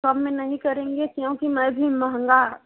सब में नहीं करेंगे क्योंकि मैं भी महंगा